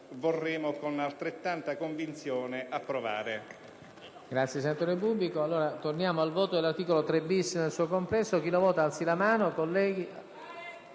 e, con altrettanta convinzione, approvare.